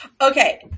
Okay